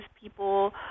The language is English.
people